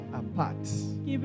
apart